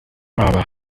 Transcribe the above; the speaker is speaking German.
aber